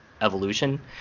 evolution